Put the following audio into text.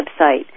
website